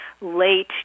late